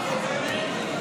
טכנית,